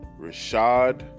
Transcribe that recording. Rashad